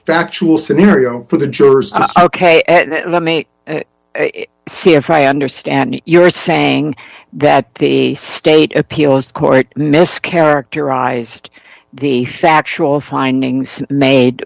factual scenario for the jurors ok let me see if i understand you're saying that the state appeals court mischaracterized the factual findings made